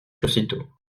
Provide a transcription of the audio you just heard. aussitôt